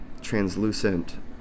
translucent